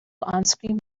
onscreen